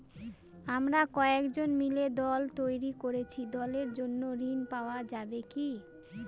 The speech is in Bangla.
আমরা কয়েকজন মিলে দল তৈরি করেছি দলের জন্য ঋণ পাওয়া যাবে কি?